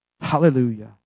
Hallelujah